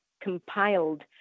compiled